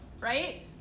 Right